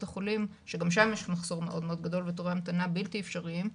החולים שגם שם יש מחסור מאוד גדול ותורי המתנה בלתי אפשריים,